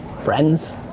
friends